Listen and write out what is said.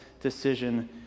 decision